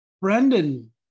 brendan